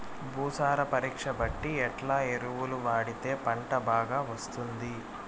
భూసార పరీక్ష బట్టి ఎట్లా ఎరువులు వాడితే పంట బాగా వస్తుంది?